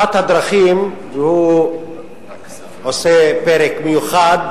אחת הדרכים, והוא עושה פרק מיוחד,